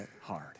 hard